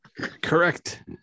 correct